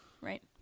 right